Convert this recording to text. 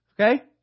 okay